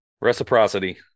Reciprocity